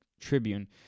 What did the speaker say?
Tribune